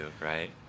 right